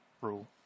rule